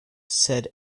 said